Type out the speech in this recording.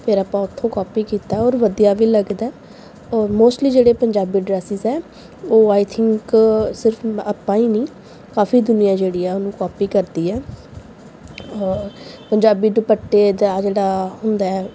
ਫਿਰ ਆਪਾਂ ਉੱਥੋਂ ਕਾਪੀ ਕੀਤਾ ਔਰ ਵਧੀਆ ਵੀ ਲੱਗਦਾ ਔਰ ਮੋਸਟਲੀ ਜਿਹੜੇ ਪੰਜਾਬੀ ਡਰੈਸਸ ਹੈ ਉਹ ਆਈ ਥਿੰਕ ਸਿਰਫ ਆਪਾਂ ਹੀ ਨਹੀਂ ਕਾਫੀ ਦੁਨੀਆ ਜਿਹੜੀ ਆ ਉਹਨੂੰ ਕੋਪੀ ਕਰਦੀ ਆ ਔਰ ਪੰਜਾਬੀ ਦੁਪੱਟੇ ਦਾ ਜਿਹੜਾ ਹੁੰਦਾ ਹੈ